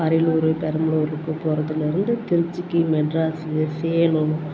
அரியலூர் பெரம்பலூருக்கு போகிறதுலேருந்து திருச்சிக்கு மெட்ராஸு சேலம்